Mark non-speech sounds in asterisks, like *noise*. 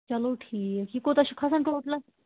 چلو ٹھیٖک یہِ کوٗتاہ چھُ کھَسان *unintelligible*